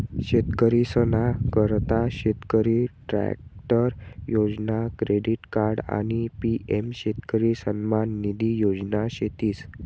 शेतकरीसना करता शेतकरी ट्रॅक्टर योजना, क्रेडिट कार्ड आणि पी.एम शेतकरी सन्मान निधी योजना शेतीस